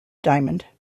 diamond